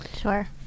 Sure